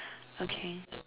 okay